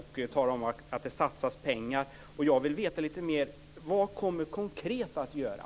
Hon talar om att det satsas pengar. Vad kommer konkret att göras?